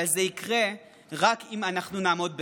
אבל זה יקרה רק אם אנחנו נעמוד ביחד.